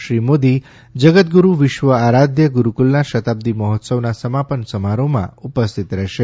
શ્રી મોદી જગતગુરૂ વિશ્વ આરાધ્ય ગુરૂકુળના શતાબ્દી મહોત્સવના સમાપન સમારોહમાં ઉપસ્થિત રહેશે